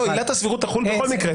עילת הסבירות תחול בכל מקרה.